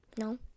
No